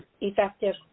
effective